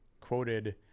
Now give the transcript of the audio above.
quoted